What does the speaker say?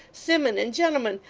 simmun and gentlemen,